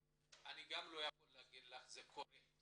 אני גם לא יכול להגיד לך שזה קורה.